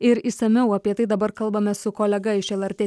ir išsamiau apie tai dabar kalbame su kolega iš lrt